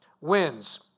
Wins